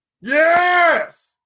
Yes